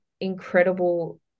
incredible